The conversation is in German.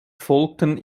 folgten